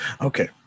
Okay